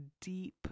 deep